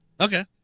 Okay